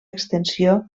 extensió